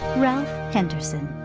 ralph henderson.